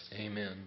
Amen